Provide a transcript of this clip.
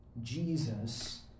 Jesus